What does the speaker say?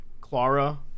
Clara